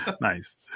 Nice